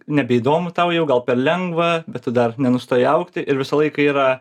nebeįdomu tau jau gal per lengva bet tu dar nenustoji augti ir visą laiką yra